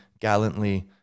gallantly